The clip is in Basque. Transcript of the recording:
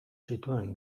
zituen